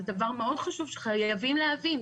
זה דבר מאוד חשוב שחייבים להבין,